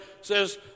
says